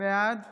בעד